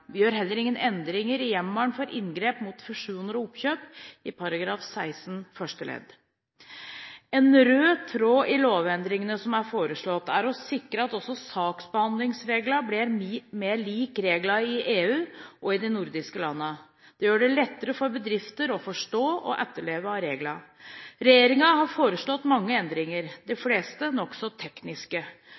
Vi gjør heller ingen endringer i hjemmelen for inngrep mot fusjoner og oppkjøp i § 16 første ledd. En rød tråd i lovendringene som er foreslått, er å sikre at også saksbehandlingsreglene blir mer like reglene i EU og de i nordiske landene. Det gjør det lettere for bedrifter å forstå og etterleve reglene. Regjeringen har foreslått mange endringer – de fleste nokså tekniske.